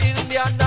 Indian